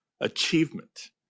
achievement